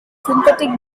synthetic